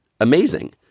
amazing